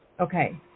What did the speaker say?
okay